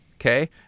Okay